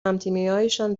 همتیمیهایشان